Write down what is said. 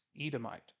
Edomite